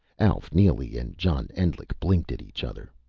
alf neely and john endlich blinked at each other.